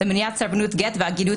למניעת סרבנות גט ועגינות,